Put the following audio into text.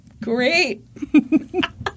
Great